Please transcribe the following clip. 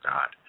God